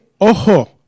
Ojo